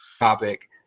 topic